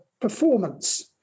performance